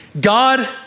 God